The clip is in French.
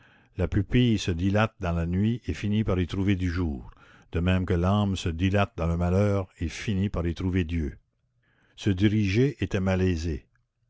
la pupille se dilate dans la nuit et finit par y trouver du jour de même que l'âme se dilate dans le malheur et finit par y trouver dieu se diriger était malaisé